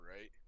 right